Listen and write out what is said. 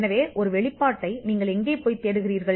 எனவே ஒரு வெளிப்பாட்டை நீங்கள் எங்கே பார்க்கிறீர்கள்